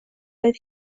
oedd